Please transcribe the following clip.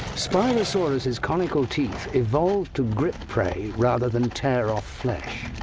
spinosaurus's conical teeth evolved to grip prey rather than tear off flesh.